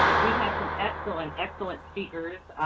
we've had some excellent, excellent speakers.